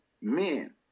men